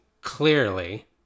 clearly